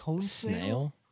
snail